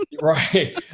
Right